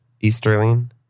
Easterling